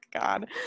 god